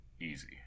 easy